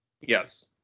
Yes